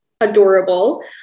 adorable